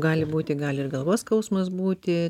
gali būti gali ir galvos skausmas būti